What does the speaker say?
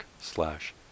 slash